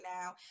now